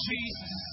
Jesus